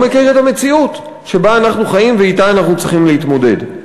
לא מכיר את המציאות שבה אנו חיים ואתה אנו צריכים להתמודד.